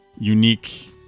unique